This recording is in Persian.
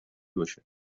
باشه